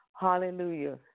Hallelujah